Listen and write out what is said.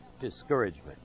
discouragement